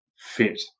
fit